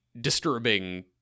disturbing